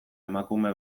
emakume